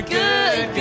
good